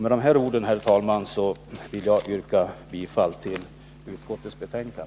Med dessa ord, herr talman, vill jag yrka bifall till utskottets hemställan.